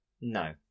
No